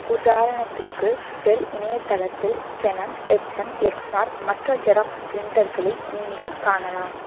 உதாரணத்துக்கு டெல் இணையதளத்தில் Canon Epson Lexmark மற்ற ஜெராக்ஸ் ப்ரிண்டர்களை நீங்கள் காணலாம்